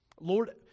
Lord